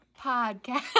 Podcast